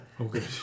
Okay